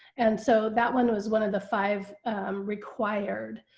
and so that one was one of the five required